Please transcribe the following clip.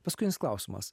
paskutinis klausimas